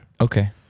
Okay